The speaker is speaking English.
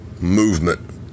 movement